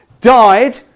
died